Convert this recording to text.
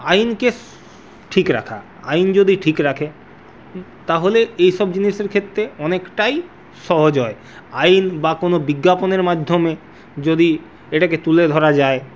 আইনকে ঠিক রাখা আইন যদি ঠিক রাখে তাহলে এইসব জিনিসের ক্ষেত্রে অনেকটাই সহজ হয় আইন বা কোনো বিজ্ঞাপনের মাধ্যমে যদি এটাকে তুলে ধরা যায়